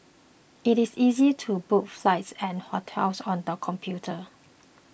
it is easy to book flights and hotels on the computer